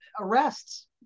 arrests